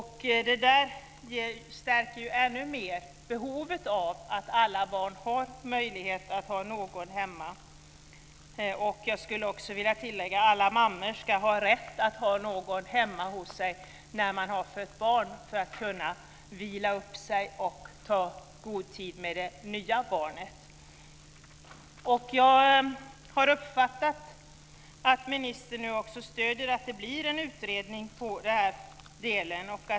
Detta stärker ju ännu mer behovet av att alla barn har möjlighet att ha någon hemma. Jag skulle också vilja tillägga att alla mammor ska ha rätt att ha någon hemma hos sig när de har fött barn för att kunna vila upp sig och ta god tid med det nya barnet. Jag har uppfattat att ministern nu stöder att det blir en utredning i den här delen.